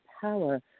power